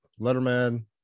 Letterman